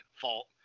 fault